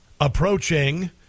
approaching